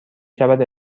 شود